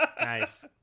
Nice